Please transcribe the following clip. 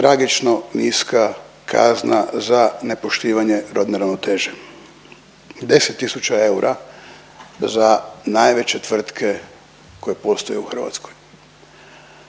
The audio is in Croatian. tragično niska kazna za nepoštivanje rodne ravnoteže, 10 tisuća eura za najveće tvrtke koje postoje u Hrvatskoj.